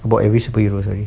about every superhero sorry